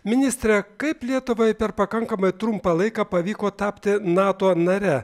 ministre kaip lietuvai per pakankamai trumpą laiką pavyko tapti nato nare